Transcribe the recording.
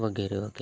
વગેરે વગેરે